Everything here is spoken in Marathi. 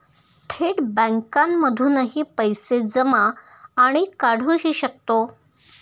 थेट बँकांमधूनही पैसे जमा आणि काढुहि शकतो